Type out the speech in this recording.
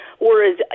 Whereas